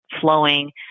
flowing